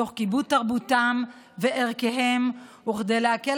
תוך כיבוד תרבותם וערכיהם וכדי להקל